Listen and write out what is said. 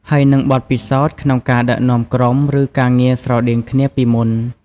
ហើយនិងបទពិសោធន៍ក្នុងការដឹកនាំក្រុម ឬការងារស្រដៀងគ្នាពីមុន។